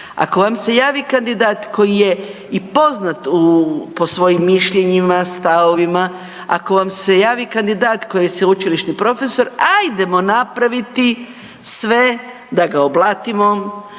ako vam se javi kandidat koji je i poznat po svojim mišljenjima, stavovima, ako vam se javi kandidat koji je sveučilišni profesor ajdemo napraviti sve da ga oblatimo,